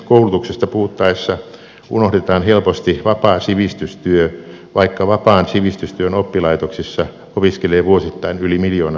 koulutuksesta puhuttaessa unohdetaan helposti vapaa sivistystyö vaikka vapaan sivistystyön oppilaitoksissa opiskelee vuosittain yli miljoona suomalaista